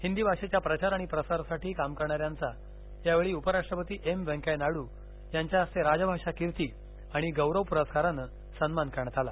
हिंदी भाषेच्या प्रचार आणि प्रसारासाठी काम करणाऱ्यांचा या वेळी उपराष्ट्रपती एम व्यंकय्या नायडू यांच्या हस्ते राजभाषा कीर्ती आणि गौरव पुरस्कारानं सन्मान करण्यात आला